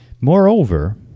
Moreover